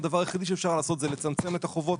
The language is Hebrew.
הדבר היחידי שאפשר לעשות זה לצמצם את החובות,